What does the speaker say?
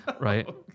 right